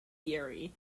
theory